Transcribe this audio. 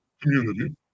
community